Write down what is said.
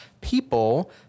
people